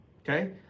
okay